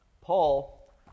Paul